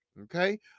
Okay